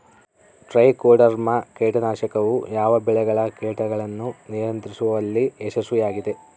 Trichoderma ಕೇಟನಾಶಕವು ಯಾವ ಬೆಳೆಗಳ ಕೇಟಗಳನ್ನು ನಿಯಂತ್ರಿಸುವಲ್ಲಿ ಯಶಸ್ವಿಯಾಗಿದೆ?